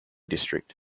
district